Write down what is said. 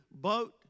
boat